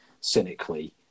cynically